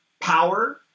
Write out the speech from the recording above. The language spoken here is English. power